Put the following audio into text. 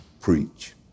preach